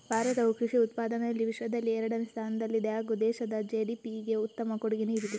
ಭಾರತವು ಕೃಷಿ ಉತ್ಪಾದನೆಯಲ್ಲಿ ವಿಶ್ವದಲ್ಲಿ ಎರಡನೇ ಸ್ಥಾನದಲ್ಲಿದೆ ಹಾಗೂ ದೇಶದ ಜಿ.ಡಿ.ಪಿಗೆ ಉತ್ತಮ ಕೊಡುಗೆ ನೀಡಿದೆ